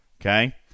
Okay